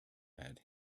had